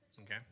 Okay